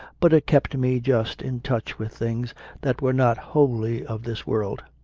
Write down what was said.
but it kept me just in touch with things that were not wholly of this world.